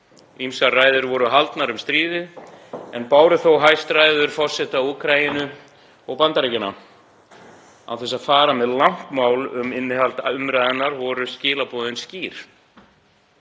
Ýmsar ræður voru haldnar um stríðið en báru þó hæst ræður forseta Úkraínu og Bandaríkjanna. Án þess að fara með langt mál um innihald umræðunnar voru skilaboðin skýr: